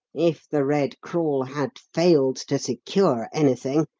if the red crawl had failed to secure anything,